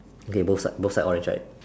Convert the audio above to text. k both side both side orange right